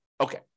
Okay